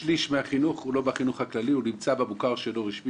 שוב: אין מה שימנע הכתבת לוח זמנים,